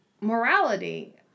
morality